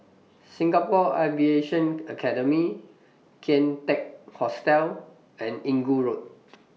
Singapore Aviation Academy Kian Teck Hostel and Inggu Road